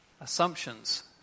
assumptions